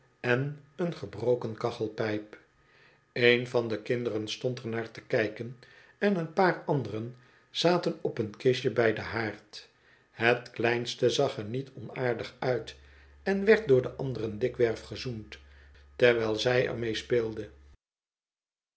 en een gebroken kachelpijp een van de kinderen stond er naar te kijken en een paar anderen zaten op een kist bij den haard het kleinste zag er niet onaardig uit en werd door de anderen dikwerf gezoend terwijl zij er